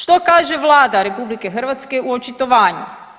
Što kaže Vlada RH u očitovanju?